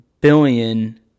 billion